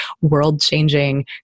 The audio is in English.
world-changing